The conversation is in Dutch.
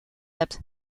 hebt